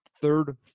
third